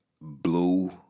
blue